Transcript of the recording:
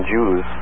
Jews